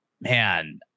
man